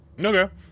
Okay